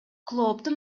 клооптун